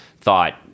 thought